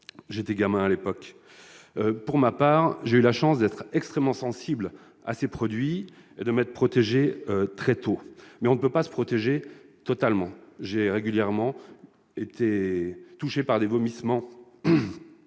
sans protection. Pour ma part, j'ai eu la chance d'être extrêmement sensible à ces produits et de m'être protégé très tôt. Mais on ne peut pas se protéger totalement. J'ai régulièrement été affecté par des vomissements,